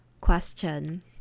question